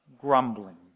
grumbling